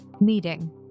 meeting